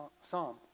psalm